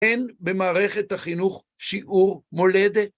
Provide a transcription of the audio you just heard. אין במערכת החינוך שיעור מולדת.